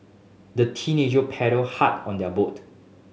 the teenager paddled hard on their boat